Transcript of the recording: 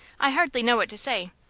i hardly know what to say.